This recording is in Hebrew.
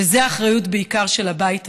וזו אחריות בעיקר של הבית הזה,